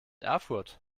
erfurt